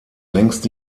längst